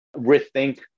rethink